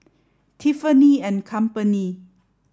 Tiffany and Company